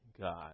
God